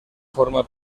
forma